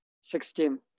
sixteen